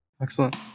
Excellent